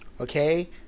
okay